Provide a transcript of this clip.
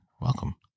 welcome